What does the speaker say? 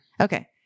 Okay